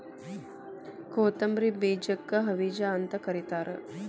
ಕೊತ್ತಂಬ್ರಿ ಬೇಜಕ್ಕ ಹವಿಜಾ ಅಂತ ಕರಿತಾರ